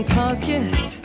pocket